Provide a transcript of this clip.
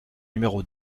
numéro